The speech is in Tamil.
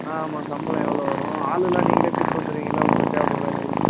ஆ ஆமாம் சம்பளம் எவ்வளோ வரும் ஆளுல்லாம் நீங்களே கூட்டி வந்துடுவீங்கள்ல உங்களுக்கு தேவைப்படுற